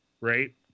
right